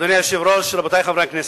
אדוני היושב-ראש, רבותי חברי הכנסת,